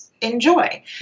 enjoy